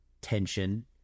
tension